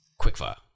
Quickfire